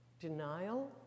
denial